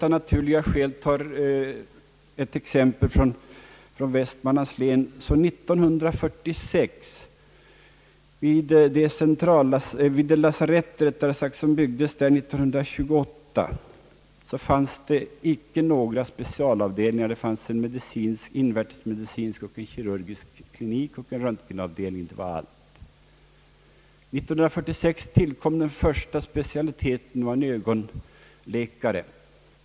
Av naturliga skäl vill jag ta ännu ett exempel från Västmanlands län. År 1945 fanns vid det lasarett som hade byggts år 1928 i Västerås icke några specialavdelningar. Det fanns en invärtes medicinsk avdelning, en kirurgisk klinik och en röntgenavdelning. År 1946 tillkom den första specialiteten, nämligen ögonläkartjänst.